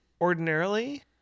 ordinarily